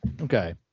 Okay